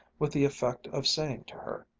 with the effect of saying to her,